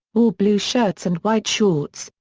wore blue shirts and white shorts,